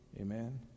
amen